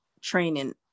training